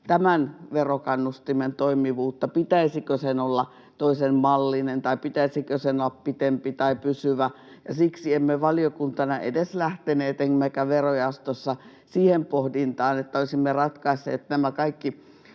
tämän verokannustimen toimivuutta ja sitä, pitäisikö sen olla toisen mallinen tai pitäisikö sen olla pitempi tai pysyvä. Siksi emme valiokuntana emmekä verojaostossa edes lähteneet siihen pohdintaan, että olisimme ratkaisseet nämä kaikki